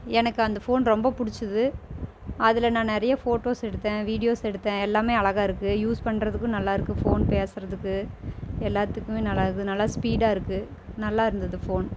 எனக்கு அந்த ஃபோன் ரொம்ப பிடிச்சுது அதில் நான் நிறைய ஃபோட்டோஸ் எடுத்தேன் வீடியோஸ் எடுத்தேன் எல்லாமே அழகாக இருக்குது யூஸ் பண்ணுறதுக்கும் நல்லாயிருக்கு ஃபோன் பேசுறதுக்கு எல்லாத்துக்குமே நல்லாயிருக்குது நல்லா ஸ்பீடாக இருக்குது நல்லா இருந்தது ஃபோன்